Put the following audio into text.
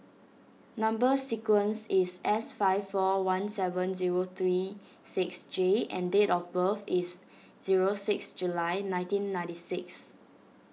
Number Sequence is S five four one seven zero three six J and date of birth is zero six July nineteen ninety six